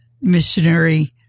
missionary